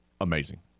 amazing